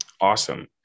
Awesome